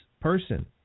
person